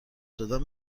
دادن